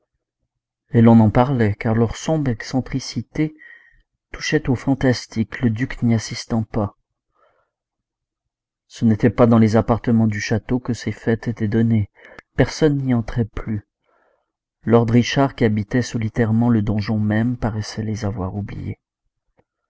et l'on en parlait car leur sombre excentricité touchait au fantastique le duc n'y assistant pas ce n'était pas dans les appartements du château que ces fêtes étaient données personne n'y entrait plus lord richard qui habitait solitairement le donjon même paraissait les avoir oubliés